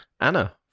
Anna